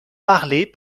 parlées